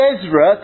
Ezra